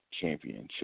Championship